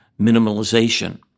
minimalization